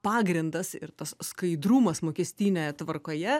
pagrindas ir tas skaidrumas mokestinė tvarkoje